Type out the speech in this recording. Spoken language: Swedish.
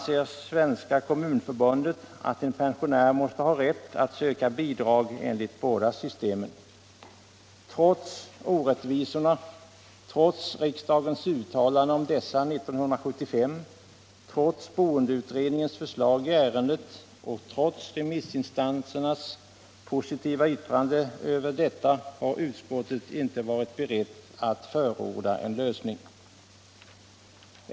Svenska kommunförbundet anser att en pensionär måste ha rätt att söka bidrag enligt båda systemen. Trots orättvisorna, trots riksdagens uttalande om dessa 1975, trots boendeutredningens förslag i ärendet och trots remissinstansernas positiva yttranden över detta har utskottet inte varit berett att förorda en lösning.